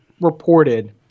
reported